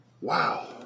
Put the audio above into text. Wow